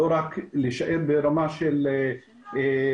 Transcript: לא רק להישאר ברמה של דיון.